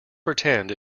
pretend